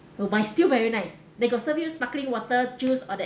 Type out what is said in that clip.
but still very nice they got serve you sparkling water juice all that